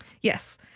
Yes